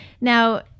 Now